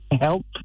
help